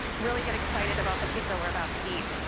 really get excited about the pizza we're about to eat.